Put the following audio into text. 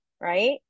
right